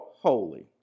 holy